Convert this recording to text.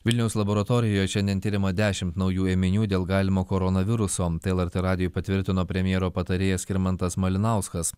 vilniaus laboratorijoje šiandien tiriama dešimt naujų ėminių dėl galimo koronaviruso tai lrt radijui patvirtino premjero patarėjas skirmantas malinauskas